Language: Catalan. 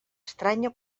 estranya